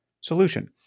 solution